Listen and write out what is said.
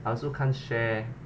I also can't share